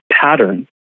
pattern